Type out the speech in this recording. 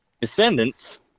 descendants